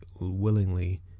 Willingly